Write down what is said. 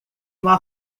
uma